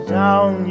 down